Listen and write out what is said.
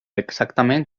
exactament